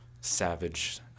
savage